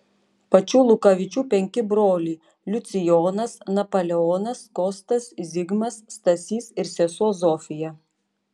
pačių lukavičių penki broliai liucijonas napoleonas kostas zigmas stasys ir sesuo zofija